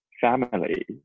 family